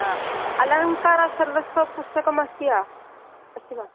अलङ्कारसर्वस्वपुस्तकमस्ति वा अस्ति वा